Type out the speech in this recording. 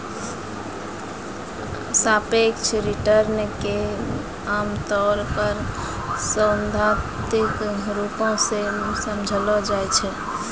सापेक्ष रिटर्न क आमतौर पर सैद्धांतिक रूप सें समझलो जाय छै